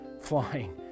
flying